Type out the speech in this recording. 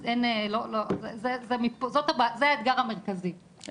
אז זה האתגר המרכזי,